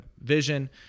vision